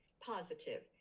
positive